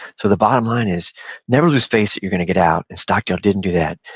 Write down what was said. so the bottom line is never lose faith that you're gonna get out, and stockdale didn't do that.